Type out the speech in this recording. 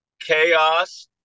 chaos